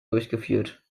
durchgeführt